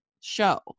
show